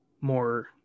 more